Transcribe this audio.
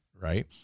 right